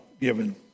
given